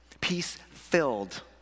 peace-filled